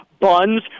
buns